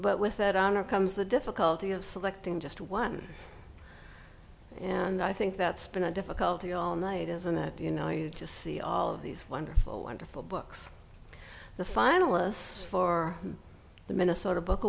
but with that honor comes the difficulty of selecting just one and i think that's been a difficulty all night isn't that you know you just see all of these wonderful wonderful books the finalists for the minnesota book